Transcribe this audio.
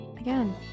again